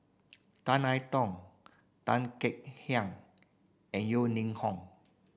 Tan I Tong Tan Kek Hiang and Yeo Ning Hong